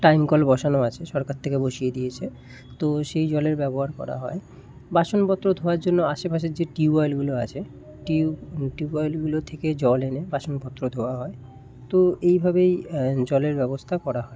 time কল বসানো আছে সরকার থেকে বসিয়ে দিয়েছে তো সেই জলের ব্যবহার করা হয় বাসনপত্র ধোওয়ার জন্য আশেপাশের যে টিউবওয়েলগুলো আছে টিউবওয়েলগুলো থেকে জল এনে বাসনপত্র ধোওয়া হয় তো এইভাবেই জলের ব্যবস্থা করা হয়